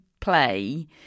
play